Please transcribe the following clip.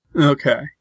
Okay